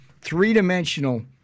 three-dimensional